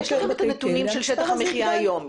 אבל יש לכם את הנתונים של שטח המחיה היום.